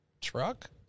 truck